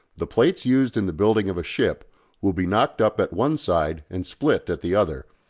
the plates used in the building of a ship will be knocked-up at one side and split at the other,